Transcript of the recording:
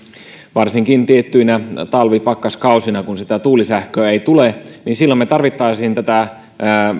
varsinkin tiettyinä talvipakkaskausina kun sitä tuulisähköä ei tule silloin me tarvitsisimme tätä